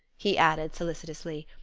he added, solicitously.